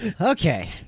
Okay